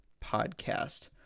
podcast